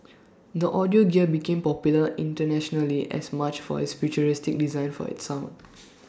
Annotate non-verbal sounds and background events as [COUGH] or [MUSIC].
the audio gear became popular internationally as much for its futuristic design for its sound [NOISE]